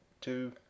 two